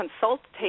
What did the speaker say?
consultation